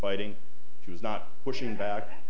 fighting she was not pushing back